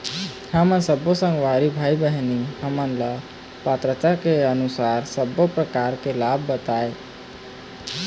हमन सब्बो संगवारी भाई बहिनी हमन ला पात्रता के अनुसार सब्बो प्रकार के लाभ बताए?